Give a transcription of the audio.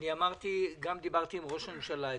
דיברתי גם עם ראש הממשלה אתמול.